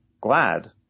glad